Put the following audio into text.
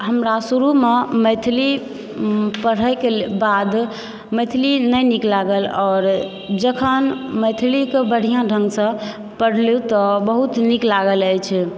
हमरा शुरुमऽ मैथिली पढ़यके बाद मैथिली नहि नीक लागल आओर जखन मैथिलीकऽ बढ़िआँ ढ़ंगसँ पढ़लहुँ तऽ बहुत नीक लागैत अछि